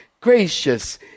gracious